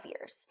years